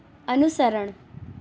અનુસરણ